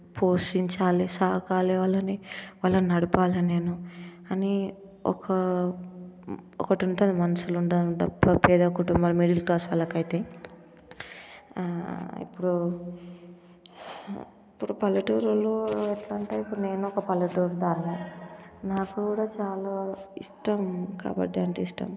పోషించాలి సాకలి వాళ్ళని వాళ్ళని నడపాలి నేను అని ఒక ఒకటి ఉంటుంది మనసులో ఉంటాది పేద కుటుంబం మిడిల్ క్లాస్ వాళ్ళకు అయితే ఇప్పుడు ఇప్పుడు పల్లెటూరిలో ఎట్టంటే నేను ఒక పల్లెటూరి దాన్ని నాక్కూడా చాలా ఇష్టం కాబడ్డీ అంటే ఇష్టం